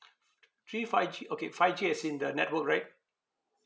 three five G okay five G as in the network right